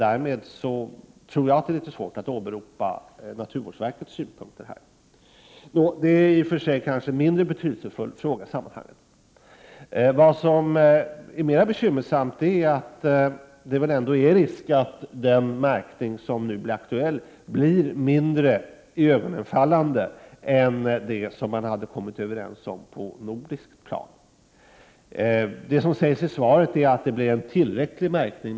Därmed blir det litet svårt att åberopa naturvårdsverkets synpunkter i det här fallet. Det är dock kanske i och för sig en mindre betydelsefull fråga i sammanhanget. Mera bekymmersamt är att det föreligger en risk för att den märkning som nu blir aktuell kommer att bli mindre iögonfallande än den som man hade kommit överens om på det nordiska planet. I svaret sägs att det blir en tillräcklig märkning.